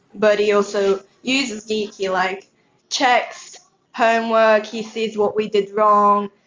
but he also uses geekie, like checks homework, he sees what we did wrong,